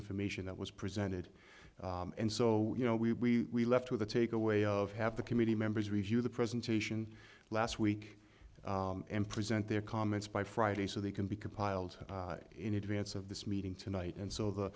information that was presented and so you know we left with a take away of have the committee members review the presentation last week and present their comments by friday so they can be compiled in advance of this meeting tonight and so th